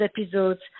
episodes